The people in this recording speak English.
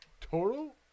total